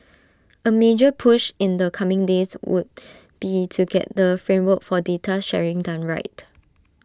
A major push in the coming days would be to get the framework for data sharing done right